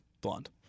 Blonde